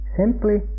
simply